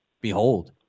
Behold